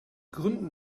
gründen